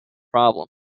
problem